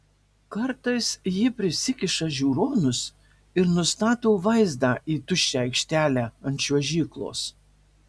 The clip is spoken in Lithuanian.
kartais ji prisikiša žiūronus ir nustato vaizdą į tuščią aikštelę ant čiuožyklos